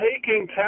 taking